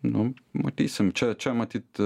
nu matysim čia čia matyt